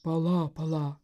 pala pala